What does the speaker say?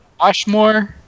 Washmore